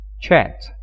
chat